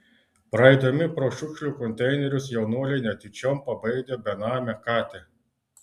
praeidami pro šiukšlių konteinerius jaunuoliai netyčiom pabaidė benamę katę